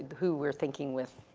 who were thinking with,